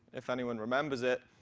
if anyone remembers it.